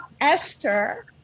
Esther